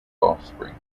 offspring